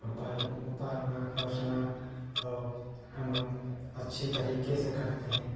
और पालक को पालना पोसना और हम लोग अच्छी तरीके से करते हैं